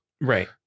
right